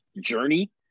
journey